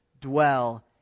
dwell